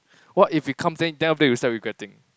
what if it comes then then after that you start regretting